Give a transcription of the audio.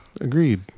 Agreed